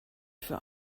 für